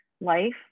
life